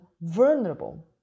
vulnerable